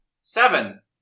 Seven